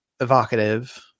evocative